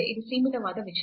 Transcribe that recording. ಇದು ಸೀಮಿತವಾದ ವಿಷಯ